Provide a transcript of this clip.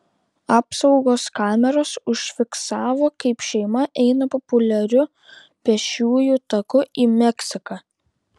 apsaugos kameros užfiksavo kaip šeima eina populiariu pėsčiųjų taku į meksiką